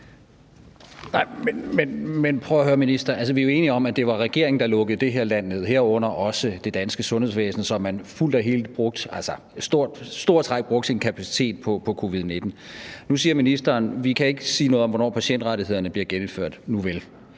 der lukkede det her land ned, herunder også det danske sundhedsvæsen, så man i stor grad brugte sin kapacitet på covid-19. Nu siger ministeren: Vi kan ikke sige noget om, hvornår patientrettighederne bliver genindført. Nuvel,